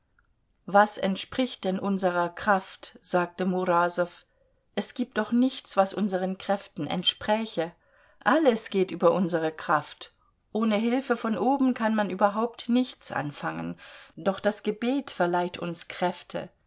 was entspricht denn unserer kraft sagte murasow es gibt doch nichts was unseren kräften entspräche alles geht über unsere kraft ohne hilfe von oben kann man überhaupt nichts anfangen doch das gebet verleiht uns kräfte